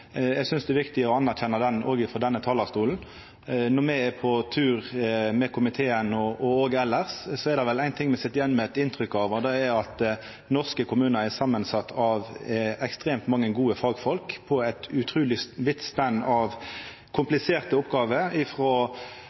eg synest det er viktig å anerkjenna den kompetansen òg frå denne talarstolen. Når me er på tur med komiteen, og òg elles, er det vel éin ting me sit igjen med eit inntrykk av, og det er at norske kommunar er sette saman av ekstremt mange gode fagfolk på eit utruleg vidt spenn av kompliserte oppgåver